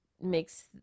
makes